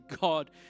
God